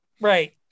Right